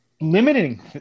limiting